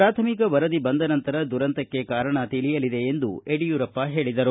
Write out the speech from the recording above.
ಪ್ರಾಥಮಿಕ ವರದಿ ಬಂದ ನಂತರ ದುರಂತಕ್ಕೆ ಕಾರಣ ತಿಳಿಯಲಿದೆ ಎಂದು ಯಡಿಯೂರಪ್ಪ ಹೇಳಿದರು